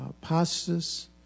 pastors